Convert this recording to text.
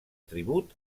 tribut